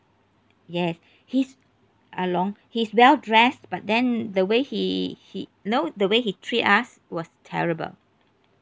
yes he's ah loong he's well dressed but then the way he he you know the way he treat us was terrible